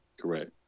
Correct